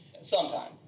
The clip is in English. Sometime